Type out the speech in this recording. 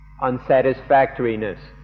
unsatisfactoriness